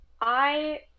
I-